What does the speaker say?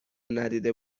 ندیده